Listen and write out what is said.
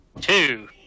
Two